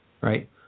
Right